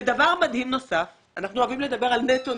דבר מדהים נוסף אנחנו אוהבים לדבר על נטו,